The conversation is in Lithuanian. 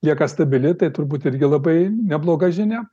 lieka stabili tai turbūt irgi labai nebloga žinia